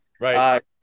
Right